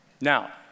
Now